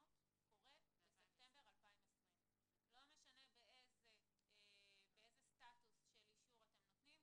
המצלמות קורה בספטמבר 2020. לא משנה באיזה סטטוס של אישור אתם נושאים,